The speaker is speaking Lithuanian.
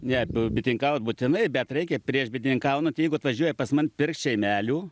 ne bi bitininkaut būtinai bet reikia prieš bitininkaunant jeigu atvažiuoja pas mus pirkti šeimelių